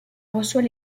reçoit